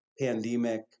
pandemic